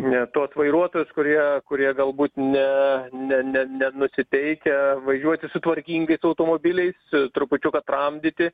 ne tuos vairuotojus kurie kurie galbūt ne ne ne nenusiteikę važiuoti su tvarkingais automobiliais trupučiuką tramdyti